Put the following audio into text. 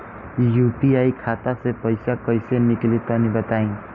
UPI खाता से पइसा कइसे निकली तनि बताई?